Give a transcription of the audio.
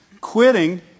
Quitting